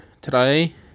today